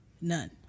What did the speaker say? None